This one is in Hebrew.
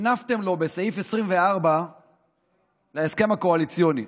נפנפתם לו בסעיף 24 להסכם הקואליציוני.